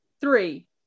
Three